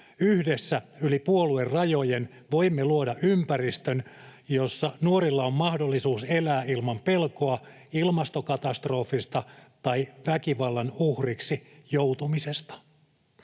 Yhdessä yli puoluerajojen voimme luoda ympäristön, jossa nuorilla on mahdollisuus elää ilman pelkoa ilmastokatastrofista tai väkivallan uhriksi joutumisesta